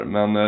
Men